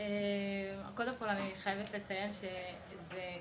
קודם כל אני חייבת לציין שאני